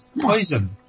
poison